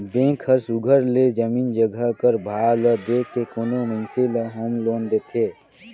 bank हर सुग्घर ले जमीन जगहा कर भाव ल देख के कोनो मइनसे ल होम लोन देथे